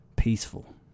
peaceful